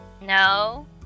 No